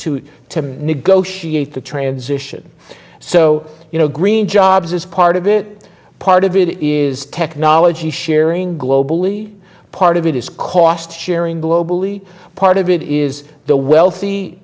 to to negotiate the transition so you know green jobs is part of it part of it is technology sharing globally part of it is cost sharing globally part of it is the wealthy